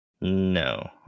No